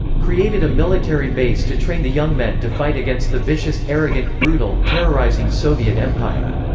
created a military base to train the young men to fight against the vicious, arrogant, brutal, terrorizing soviet empire.